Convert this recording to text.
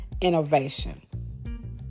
innovation